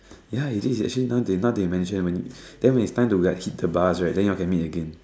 ya it is actually now that now that you mentioned when then when it's time to got hit the buzz right then you all can meet again